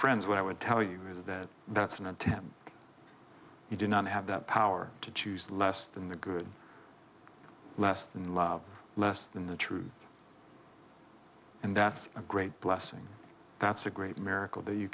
friends what i would tell you that that's an attempt you do not have the power to choose less than the good less than love less than the truth and that's a great blessing that's a great miracle that you